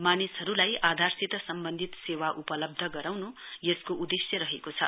मानिसहरूलाई आधारसित सम्बन्धित सेवा उपलब्ध गराउन् यसको उदेश्य रहेको छ